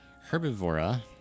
Herbivora